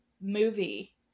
movie